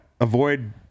avoid